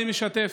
אני משתף.